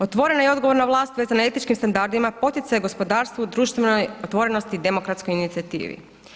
Otvorena i odgovorna vlast vezana etičkim standardima poticaj je gospodarstvu, društvenoj otvorenosti i demokratskoj inicijativi.